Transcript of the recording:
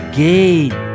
gate